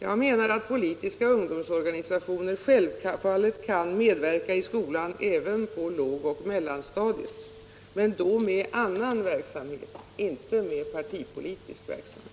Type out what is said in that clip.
Jag menar att politiska ungdomsorganisationer självfallet kan medverka i skolan även på lågoch mellanstadiet men då med annan verksamhet, inte med partipolitisk verksamhet.